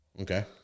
Okay